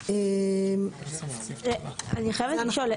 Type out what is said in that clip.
(1)"; אני חייבת לשאול,